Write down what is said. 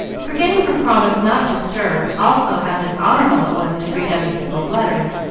forgetting her promise not to stir, also how dishonorable it was to read other people's letters,